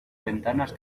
ventanas